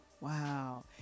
Wow